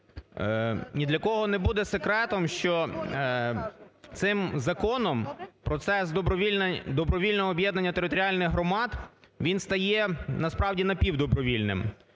Ні для кого не буде секретом, що цим законом процес добровільного об'єднання територіальних громад, він стає, насправді, напівдобровільним.